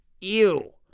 Ew